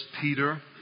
Peter